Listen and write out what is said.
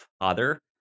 father